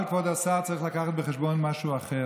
אבל, כבוד השר, צריך להביא בחשבון משהו אחר.